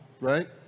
right